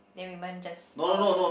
the woman just powerless